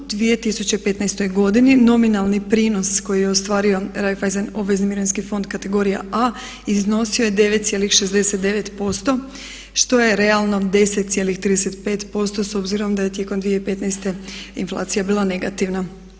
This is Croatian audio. U 2015. godini nominalni prinos koji je ostvario Reiffeisen obvezni mirovinski kategorija A, iznosio je 9,69% što je realno 10,35% s obzirom da je tijekom 2015. inflacija bila negativna.